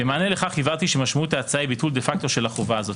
במענה לכך הבהרתי שמשמעות ההצעה היא ביטול דה פקטו של החובה הזו.